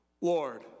Lord